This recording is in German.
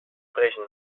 sprechen